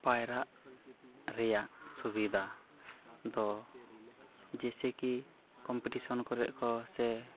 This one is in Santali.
ᱯᱟᱭᱨᱟᱜ ᱨᱮᱭᱟᱜ ᱥᱩᱵᱤᱫᱷᱟ ᱫᱚ ᱡᱮᱥᱮᱠᱤ ᱠᱚᱢᱯᱤᱴᱤᱥᱚᱱ ᱠᱚᱨᱮᱜ ᱠᱚ ᱥᱮ